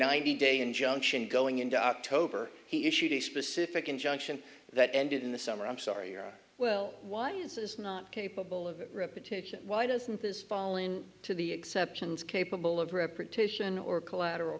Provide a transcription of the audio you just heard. ninety day injunction going into october he issued a specific injunction that ended in the summer i'm sorry well why is not capable of repetition why doesn't this fallen to the exceptions capable of repartition or collateral